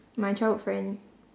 my childhood friend